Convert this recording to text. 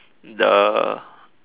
the